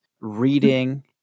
reading